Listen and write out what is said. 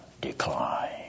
decline